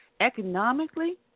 economically